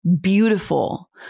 Beautiful